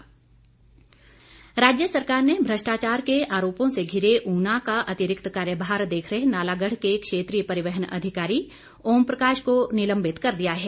निलम्बन राज्य सरकार ने भ्रष्टाचार के आरोपों से धिरे ऊना का अतिरिक्त कार्यभार देख रहे नालागढ़ के क्षेत्रीय परिवहन अधिकारी ओम प्रकाश को निलबिंत कर दिया है